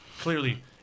Clearly